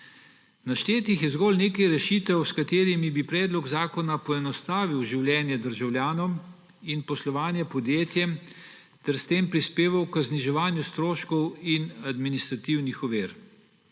Naštetih je zgolj nekaj rešitev, s katerimi bi predlog zakona poenostavil življenje državljanom in poslovanje podjetjem ter s tem prispeval k zniževanju stroškov in administrativnih ovir.